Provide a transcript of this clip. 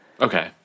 Okay